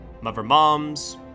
mother-moms